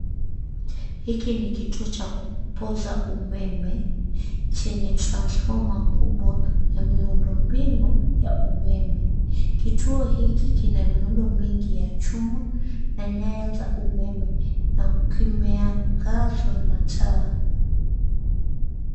Hiki ni kituo cha kupoza umeme chenye transfoma kubwa na miundo mbinu ya umeme. Kituo hiki kina miundo mingi ya chuma na nyaya za umeme na kimeangazwa na taa.